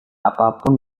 apapun